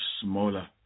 smaller